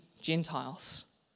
Gentiles